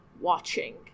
watching